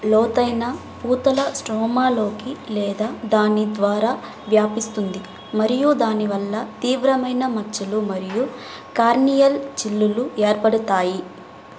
లోతైన పూతల స్ట్రోమాలోకి లేదా దాని ద్వారా వ్యాపిస్తుంది మరియు దాని వల్ల తీవ్రమైన మచ్చలు మరియు కార్నియల్ చిల్లులు ఏర్పడుతాయి